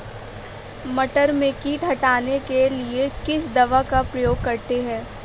मटर में कीट हटाने के लिए किस दवा का प्रयोग करते हैं?